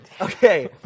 Okay